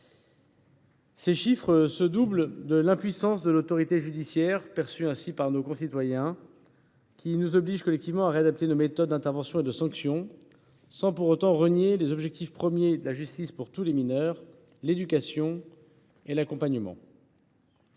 Ces chiffres se doublent de l’impuissance de l’autorité judiciaire, ainsi perçue par nos concitoyens, qui nous oblige collectivement à réadapter nos méthodes d’intervention et de sanction, sans pour autant renier les objectifs premiers de la justice des mineurs : l’éducation et l’accompagnement.